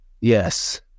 Yes